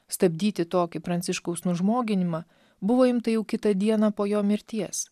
stabdyti tokį pranciškaus nužmoginimą buvo imta jau kitą dieną po jo mirties